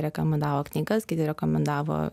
rekomendavo knygas kiti rekomendavo